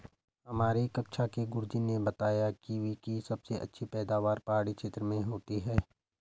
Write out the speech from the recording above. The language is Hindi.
हमारी कक्षा के गुरुजी ने बताया कीवी की सबसे अधिक पैदावार पहाड़ी क्षेत्र में होती है